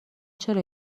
چرا